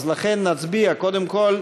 לכן נצביע, קודם כול,